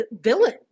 villain